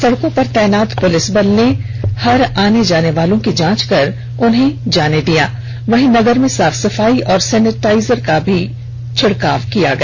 सड़कों पर तैनात पुलिस बल ने हर आने जाने वालों की जाँच कर उन्हें जाने दिया वहीं नगर में साफ सफाई और सेनेटाईजर का भी छिड़काव किया गया